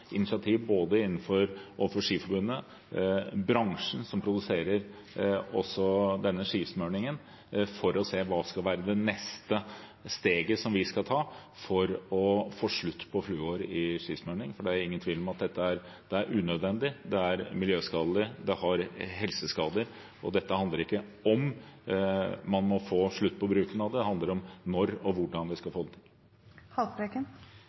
overfor både Skiforbundet og bransjen som produserer denne skismøringen, for å se hva som skal være det neste steget vi må ta for å få slutt på fluor i skismøring. For det er ingen tvil om at dette er unødvendig, det er miljøskadelig, og det gir helseskader. Dette handler ikke om hvorvidt man må få slutt på bruken av det – det handler om når og hvordan vi skal få det til. Det åpnes for oppfølgingsspørsmål – først Lars Haltbrekken.